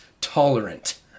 tolerant